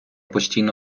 постійна